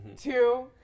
two